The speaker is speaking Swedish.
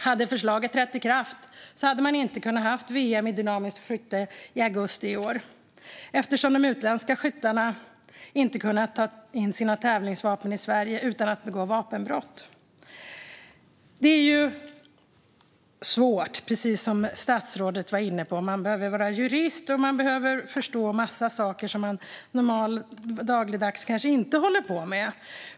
Hade förslaget trätt i kraft hade man inte kunnat ha VM i dynamiskt skytte i augusti i år eftersom de utländska skyttarna då inte hade kunnat ta in sina tävlingsvapen i Sverige utan att begå vapenbrott. Detta är svårt, precis som statsrådet var inne på. Man behöver vara jurist, och man behöver förstå en massa saker som man dagligdags kanske inte håller på med.